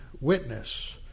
witness